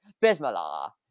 Bismillah